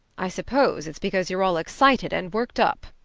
i suppose it's because you're all excited and worked up,